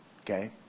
Okay